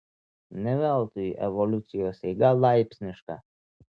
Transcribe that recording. ne veltui evoliucijos eiga laipsniška